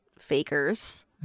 fakers